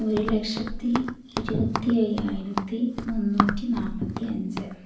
ഒരു ലക്ഷത്തി ഇരുപത്തി അയ്യായിരത്തി മുന്നൂറ്റി നാൽപ്പത്തി അഞ്ച്